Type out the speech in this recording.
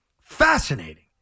Fascinating